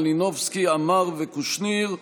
יוליה מלינובסקי קונין,